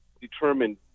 determined